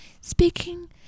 speaking